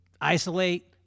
isolate